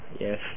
Yes